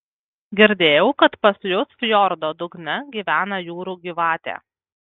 girdėjau kad pas jus fjordo dugne gyvena jūrų gyvatė